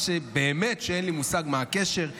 באמת אין לי מושג מה הקשר.